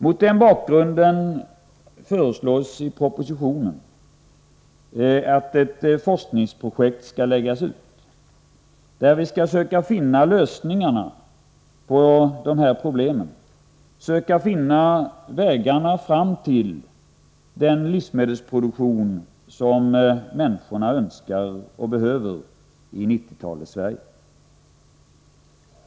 Mot den bakgrunden föreslås i propositionen att ett forskningsprojekt skall läggas ut, där vi skall söka finna lösningarna på dessa problem, söka finna vägarna fram till den livsmedelsproduktion som människorna önskar och behöver i 1990-talets Sverige.